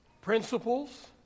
principles